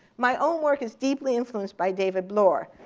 my own work is deeply influenced by david bloor.